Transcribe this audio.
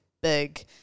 big